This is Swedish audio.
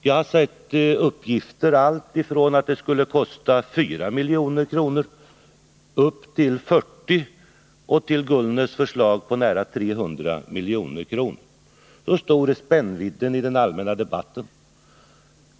Jag har sett uppgifter om att det skulle kosta alltifrån 4 milj.kr. upp till 40 milj.kr., och Ingvar Gullnäs förslag är på nära 300 milj.kr. Så stor är spännvidden i den allmänna Nr 27 debatten.